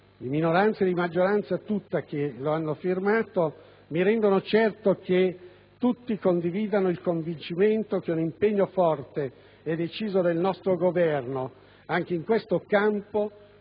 di minoranza e di maggioranza tutta che l'hanno firmato mi rendono certo che tutti condividano il convincimento che un impegno forte e deciso del nostro Governo anche in questo campo